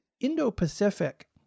Indo-Pacific